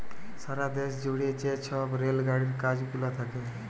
সারা দ্যাশ জুইড়ে যে ছব রেল গাড়ির কাজ গুলা থ্যাকে